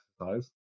exercise